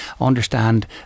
understand